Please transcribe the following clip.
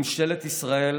ממשלת ישראל